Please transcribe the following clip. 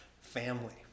family